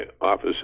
office